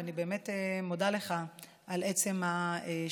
ואני באמת מודה לך על עצם השאלה.